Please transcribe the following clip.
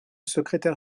secrétaire